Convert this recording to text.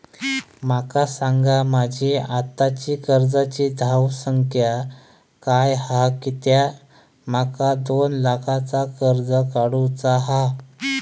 माका सांगा माझी आत्ताची कर्जाची धावसंख्या काय हा कित्या माका दोन लाखाचा कर्ज काढू चा हा?